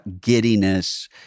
giddiness